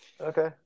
Okay